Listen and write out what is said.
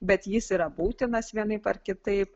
bet jis yra būtinas vienaip ar kitaip